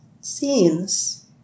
scenes